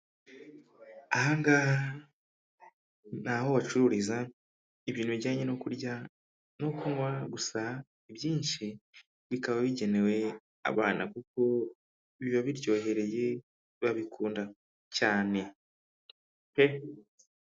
Ahangaha ni aho bacururiza ibintu bijyanye no kurya no kunywa gusa ibyinshi bikaba bigenewe abana kuko biba biryohereye babikunda cyane pe.